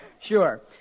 Sure